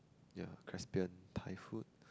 ya Caspian Thai food